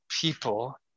people